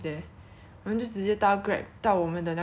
then 我们一放下东西我们就去那个 mall